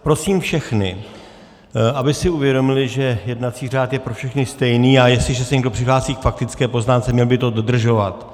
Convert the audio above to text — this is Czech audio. Prosím všechny, aby si uvědomili, že jednací řád je pro všechny stejný, a jestliže se někdo přihlásí k faktické poznámce, měl by to dodržovat.